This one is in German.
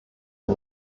wir